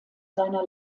seiner